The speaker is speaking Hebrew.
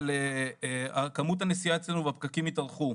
אבל כמות הנסיעה אצלינו בפקקים התארכו.